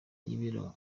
yibera